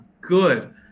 Good